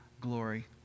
glory